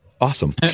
awesome